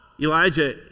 Elijah